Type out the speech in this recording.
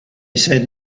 said